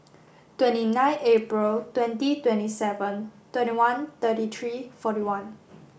twenty nine April twenty twenty seven twenty one thirty three forty one